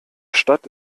stadt